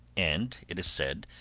and, it is said,